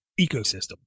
ecosystem